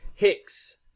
Hicks